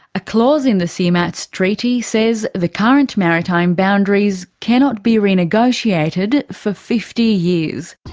a clause in the cmats treaty says the current maritime boundaries cannot be renegotiated for fifty years.